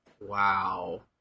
Wow